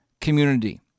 community